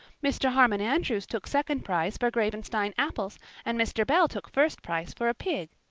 mr. harmon andrews took second prize for gravenstein apples and mr. bell took first prize for a pig.